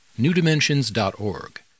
newdimensions.org